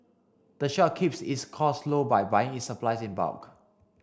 the shop keeps its costs low by buying its supplies in bulk